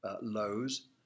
lows